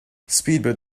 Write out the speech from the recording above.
speedbird